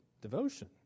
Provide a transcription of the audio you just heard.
devotion